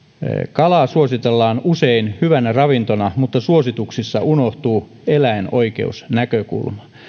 kalaa suositellaan usein hyvänä ravintona mutta suosituksissa unohtuu eläinoikeusnäkökulma